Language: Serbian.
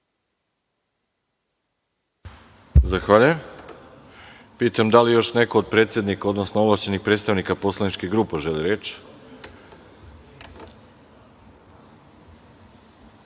Zahvaljujem. Pitam da li još neko od predsednika, odnosno ovlašćenih predstavnika poslaničkih grupa želi reč?